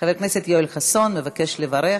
חבר הכנסת יואל חסון מבקש לברך.